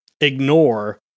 ignore